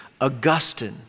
Augustine